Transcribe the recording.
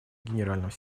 генерального